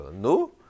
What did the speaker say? No